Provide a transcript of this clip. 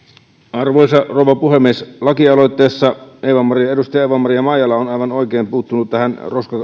arvoisa rouva puhemies lakialoitteessa edustaja eeva maria maijala on aivan oikein puuttunut tähän